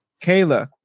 Kayla